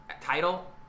title